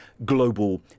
global